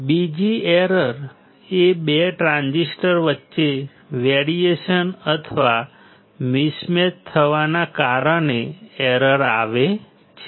બીજી એરર એ 2 ટ્રાન્ઝિસ્ટર વચ્ચે વેરિએશન અથવા મિસમેચ થવાનાના કારણે એરર આવે છે